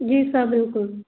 जी sir बिल्कुल